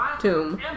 tomb